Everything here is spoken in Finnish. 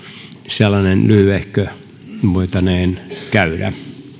sellainen lyhyehkö voitaneen käydä